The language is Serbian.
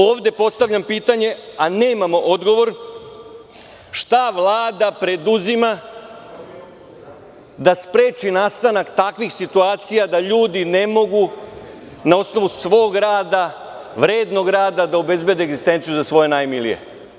Ovde postavljam pitanje, a nemam odgovor, šta Vlada preduzima da spreči nastanak takvih situacija da ljudi ne mogu na osnovu svog rada, vrednog rada, da obezbede egzistenciju za svoje najmilije?